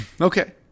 Okay